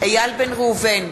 איל בן ראובן,